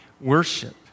worship